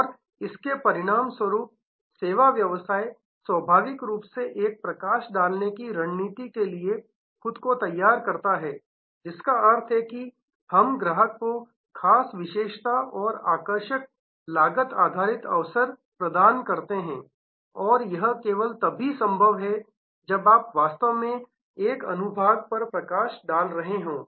और इसके परिणामस्वरूप सेवा व्यवसाय स्वाभाविक रूप से एक प्रकाश डालने की रणनीति के लिए खुद को तैयार करता है जिसका अर्थ है कि हम ग्राहक को ख़ास विशेषता और आकर्षक लागत आधारित अवसर प्रदान करते हैं और यह केवल तभी संभव है जब आप वास्तव में एक अनुभाग पर प्रकाश डाल रहे हों